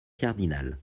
cardinal